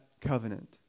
covenant